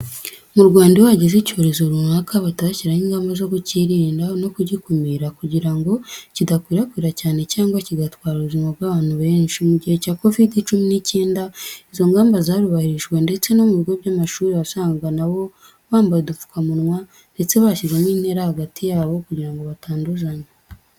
Mu Rwanda iyo hageze icyorezo runaka, bahita bashyiraho ingamba zo kukirinda no kugikumira kugira kidakwirakwira cyane cyangwa kigatwara ubuzima bw'abantu benshi. Mu gihe cya Covid cumi n'icyenda izo ngamba zarubahirijwe ndetse no mu bigo by'amashuri wasangaga na bo bambaye udupfukamunwa ndetse bashyizemo intera hagati yabo kugira batanduzanya.